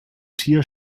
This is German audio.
tier